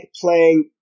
playing